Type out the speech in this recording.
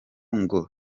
ngo